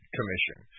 Commission